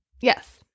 Yes